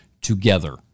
together